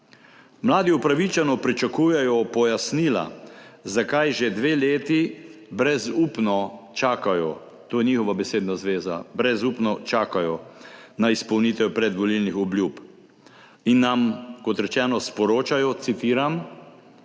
Mladi upravičeno pričakujejo pojasnila, zakaj že dve leti brezupno čakajo, to je njihova besedna zveza, brezupno čakajo na izpolnitev predvolilnih obljub. In nam, kot rečeno, sporočajo, citiram: